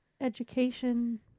education